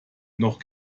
noch